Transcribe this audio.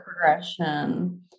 progression